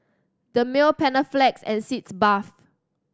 Dermale Panaflex and Sitz Bath